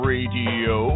Radio